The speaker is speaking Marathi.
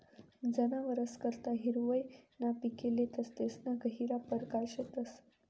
जनावरस करता हिरवय ना पिके लेतस तेसना गहिरा परकार शेतस